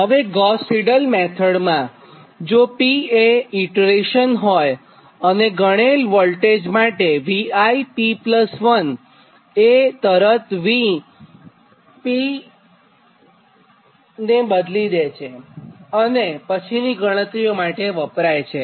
હવે Gauss Seidel મેથડમાં જો P એ ઇટરેશન હોયતો ગણેલ વોલ્ટેજ માટે ViP1 એ તરત જ ViP ને બદલી દે છે અને પછીની ગણતરીઓ માટે વપરાય છે